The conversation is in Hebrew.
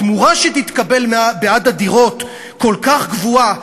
התמורה שתתקבל בעד הדירות כל כך גבוהה,